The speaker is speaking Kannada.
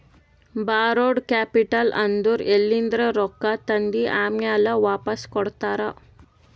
ಬಾರೋಡ್ ಕ್ಯಾಪಿಟಲ್ ಅಂದುರ್ ಎಲಿಂದ್ರೆ ರೊಕ್ಕಾ ತಂದಿ ಆಮ್ಯಾಲ್ ವಾಪಾಸ್ ಕೊಡ್ತಾರ